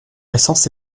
essence